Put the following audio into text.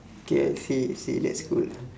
okay I see I see that's cool